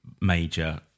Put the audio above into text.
major